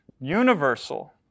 universal